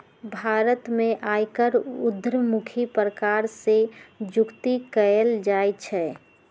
भारत में आयकर उद्धमुखी प्रकार से जुकती कयल जाइ छइ